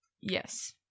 Yes